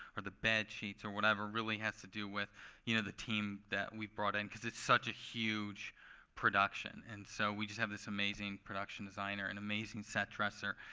or the bed sheets or whatever, really has to do with you know the team that we've brought in because it's such a huge production. and so we just have this amazing production designer and amazing set dresser.